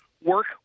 Work